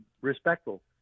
respectful